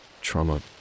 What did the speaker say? Trauma